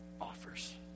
offers